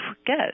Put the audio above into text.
forget